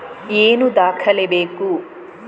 ಏನು ದಾಖಲೆ ಬೇಕು?